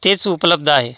तेच उपलब्ध आहे